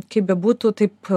kaip bebūtų taip